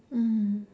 mm